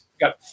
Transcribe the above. got